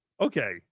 Okay